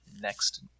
next